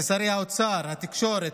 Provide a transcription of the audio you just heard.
ששרי האוצר, התקשורת,